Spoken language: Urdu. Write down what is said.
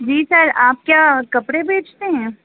جی سر آپ کیا کپڑے بیجتے ہیں